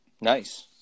Nice